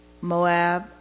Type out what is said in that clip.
Moab